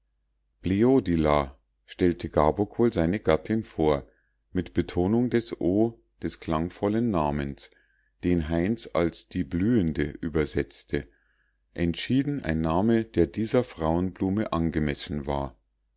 bleodila stellte gabokol seine gattin vor mit betonung des o des klangvollen namens den heinz als die blühende übersetzte entschieden ein name der dieser frauenblume angemessen war